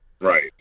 Right